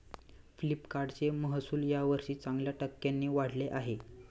फ्लिपकार्टचे महसुल यावर्षी चांगल्या टक्क्यांनी वाढले आहे